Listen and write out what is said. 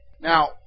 Now